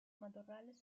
matorrales